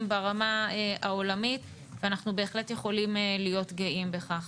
ברמה העולמית ואנחנו בהחלט יכולים להיות גאים בכך.